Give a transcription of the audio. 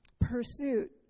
pursuit